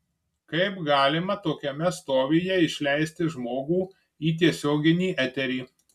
kaip galima tokiame stovyje išleisti žmogų į tiesioginį eterį